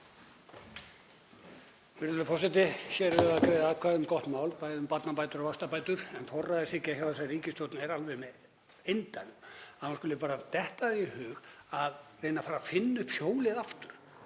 Hér erum við að greiða atkvæði um gott mál, bæði um barnabætur og vaxtabætur, en forræðishyggjan hjá þessari ríkisstjórn er alveg með eindæmum, að henni skuli bara detta í hug að reyna að finna upp hjólið aftur.